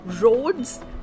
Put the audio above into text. roads